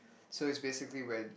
so it's basically when